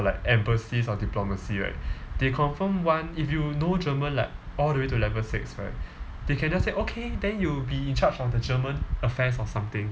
like embassies or diplomacy right they confirm want if you know german like all the way to level six right they can just say okay then you be in charge of the german affairs or something